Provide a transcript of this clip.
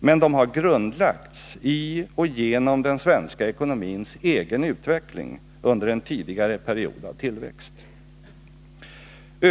Men de har grundlagts i och genom den svenska ekonomins egen utveckling under en tidigare period av tillväxt.